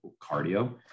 cardio